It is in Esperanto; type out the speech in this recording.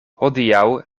hodiaŭ